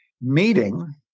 meeting